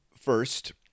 first